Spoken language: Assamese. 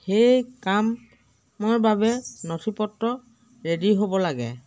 সেই কাম কামৰ বাবে নথি পত্ৰ ৰেডি হ'ব লাগে